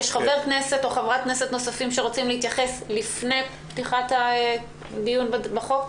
יש חבר כנסת או חברת כנסת נוספים שרוצים להתייחס לפני פתיחת הדיון בחוק?